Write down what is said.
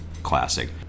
classic